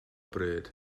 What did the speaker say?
bryd